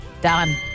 Done